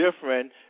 different